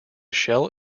shell